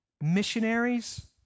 missionaries